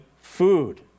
food